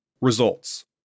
Results